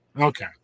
Okay